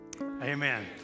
amen